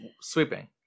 sweeping